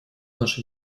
наша